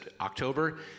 October